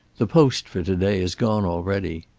the post for to-day has gone already.